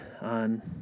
on